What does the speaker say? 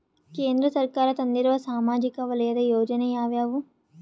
ಕೇಂದ್ರ ಸರ್ಕಾರ ತಂದಿರುವ ಸಾಮಾಜಿಕ ವಲಯದ ಯೋಜನೆ ಯಾವ್ಯಾವು?